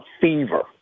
fever